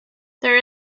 there